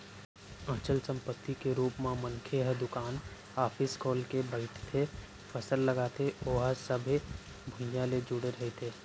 अचल संपत्ति के रुप म मनखे ह दुकान, ऑफिस खोल के बइठथे, फसल लगाथे ओहा सबे भुइयाँ ले जुड़े रहिथे